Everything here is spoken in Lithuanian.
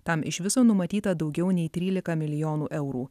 tam iš viso numatyta daugiau nei trylika milijonų eurų